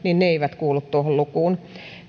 eivät kuulu tuohon lukuun